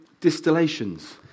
distillations